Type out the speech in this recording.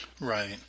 Right